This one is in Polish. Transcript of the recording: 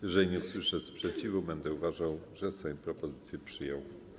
Jeżeli nie usłyszę sprzeciwu, będę uważał, że Sejm propozycję przyjął.